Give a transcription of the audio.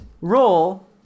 Roll